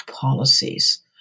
policies